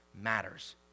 matters